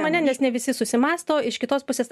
mane nes ne visi susimąsto iš kitos pusės